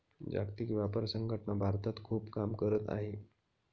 जागतिक व्यापार संघटना भारतात खूप काम करत आहे